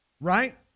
Right